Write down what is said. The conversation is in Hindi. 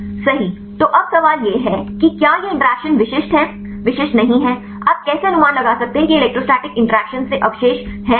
सही तो अब सवाल यह है कि क्या ये इंटरैक्शन विशिष्ट हैं विशिष्ट नहीं हैं आप कैसे अनुमान लगा सकते हैं कि यह इलेक्ट्रोस्टैटिक इंटरैक्शन से अवशेष है या नहीं